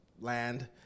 land